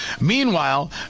Meanwhile